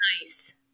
Nice